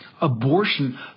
abortion